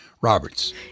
Roberts